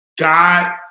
God